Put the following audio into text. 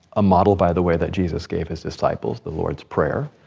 a model, by the way that jesus gave his disciples, the lord's prayer,